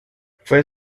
fue